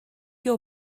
your